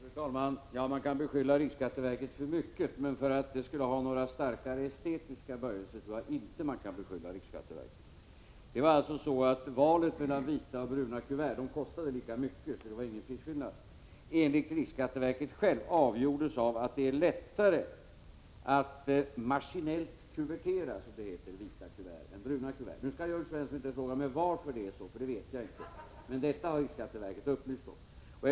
Fru talman! Man kan beskylla riksskatteverket för mycket, men att det skulle ha några starkare estetiska böjelser tror jag inte att man kan beskylla det för. I vad gäller valet mellan vita och bruna kuvert kan jag nämna att det inte förelåg någon prisskillnad mellan dessa. Enligt riksskatteverket självt avgjordes valet av att det var lättare att maskinellt, som det heter, kuvertera vita kuvert än bruna kuvert. Nu skall Jörn Svensson inte fråga mig varför det ärså, för det vet jag inte, men det är den upplysning som riksskatteverket har givit.